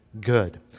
good